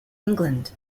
england